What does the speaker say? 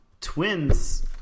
Twins